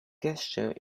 gesture